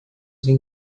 ser